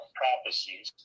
prophecies